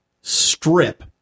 strip